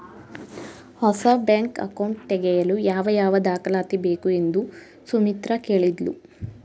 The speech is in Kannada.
ಹೊಸ ಬ್ಯಾಂಕ್ ಅಕೌಂಟ್ ತೆಗೆಯಲು ಯಾವ ಯಾವ ದಾಖಲಾತಿ ಬೇಕು ಎಂದು ಸುಮಿತ್ರ ಕೇಳಿದ್ಲು